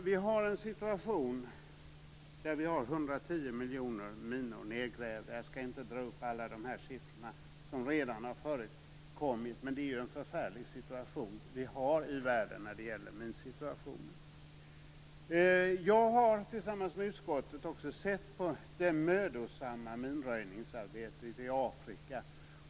Vi har 110 miljoner minor nedgrävda. Jag skall inte dra upp alla siffror som redan har nämnts, men situationen i världen när det gäller minor är förfärlig. Jag har tillsammans med utskottet också sett det mödosamma minröjningsarbetet i Afrika.